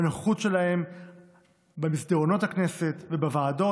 ובנוכחות שלהם במסדרונות הכנסת ובוועדות